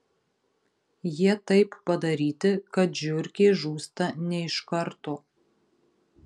jie taip padaryti kad žiurkė žūsta ne iš karto